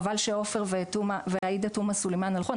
חבל שעופר ועאידה תומא סלימאן הלכו,